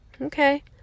Okay